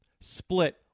Split